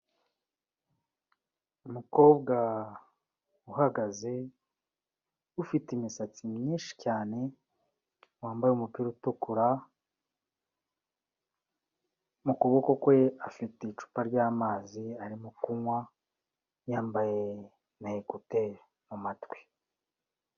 Umukobwa uhagaze ufite imisatsi myinshi cyane wambaye umupira utukura, mu kuboko kwe afite icupa ry'amazi arimo kunywa, yambaye n'ekuteri mu matwi.